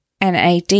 NAD